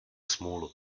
smůlu